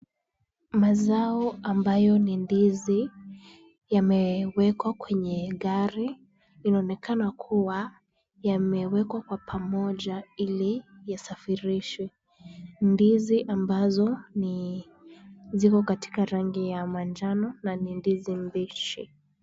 Mazao ambayo ni ndizi yamewekwa kwenye gari. Inaonekana kuwa yamewekwa kwa pamoja ili yasafirishwe. Ndizi ambazo ni, ziko katika rangi ya manjano na ni ndizi mbichi.